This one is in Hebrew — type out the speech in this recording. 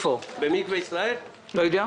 לא יודע.